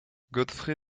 godfrey